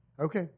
Okay